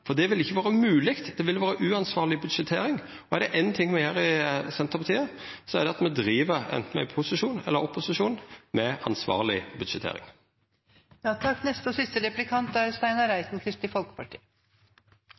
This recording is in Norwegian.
for det ville ikkje ha vore mogleg. Det ville ha vore uansvarleg budsjettering, og er det ein ting me gjer i Senterpartiet, er det at me anten me er i posisjon eller i opposisjon, driv med ansvarleg